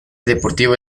deportivo